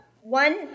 One